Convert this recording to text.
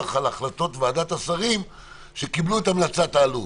על החלטות ועדת השרים שקיבלו את המלצת האלוף.